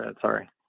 Sorry